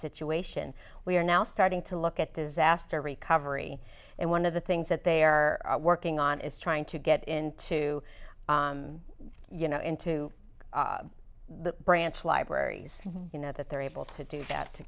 situation we are now starting to look at disaster recovery and one of the things that they are working on is trying to get into you know into the branch libraries you know that they're able to do that to